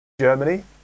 Germany